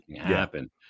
happen